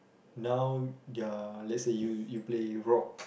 now their let's say you you play rock